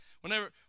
Whenever